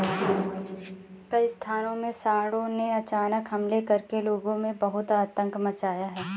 कई स्थानों में सांडों ने अचानक हमले करके लोगों में बहुत आतंक मचाया है